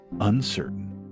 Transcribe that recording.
uncertain